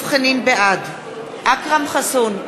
בעד אכרם חסון,